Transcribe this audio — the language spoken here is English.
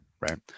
Right